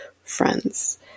friends